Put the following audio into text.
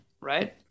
right